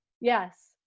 yes